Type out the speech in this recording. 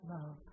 love